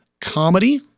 comedy